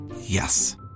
Yes